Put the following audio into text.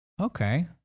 okay